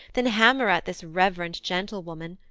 than hammer at this reverend gentlewoman.